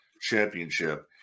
championship